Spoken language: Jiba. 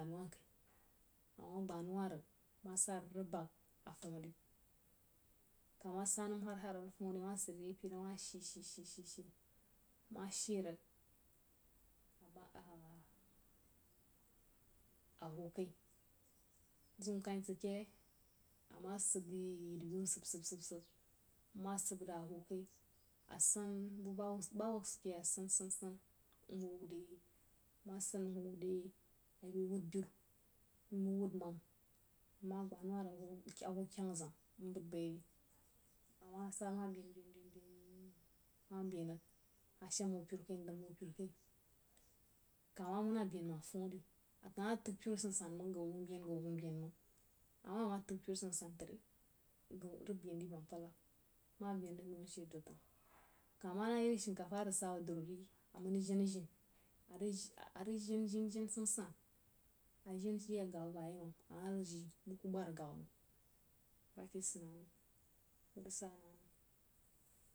Amah gbah nau wah rig ma sa rig rig bagaa fam ri, kah ma sa nam har-har a rig fam ri awah sid re peri awah shi-shi, ma shi rig amah ahh huo kai, zeun kah-yi sid keh yei a mah səb yin-binu səb-səb, nma səb rig a hoó kni, a saa buba-hubba, ba hubba súl ke yei a san-san mhwo wud yei mbai wud beru, ma wud manna nmah gbah nau wah rig a hwo kyəng zəng amah sa ma bein-bein, ma bein rig a shəm hoó pu kai ndəm hu peru kai, kah ma manna bein məng a famin a kan ma təg peru san-san məng gau zeun bén gau zeun bén məng, amar ama təg peru san-san tri rig bein di bəmkanəg ma bein dgun ashe dod rəng kah ma iri shīnkafa a rig saá bəg dri wuh ri arig jen-ja arig jen-jen-jen san-san ajen jin agaba bn yei məng a ma rig jií məng wu ku ggad agabba məng ba ke sui na nəm